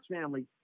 family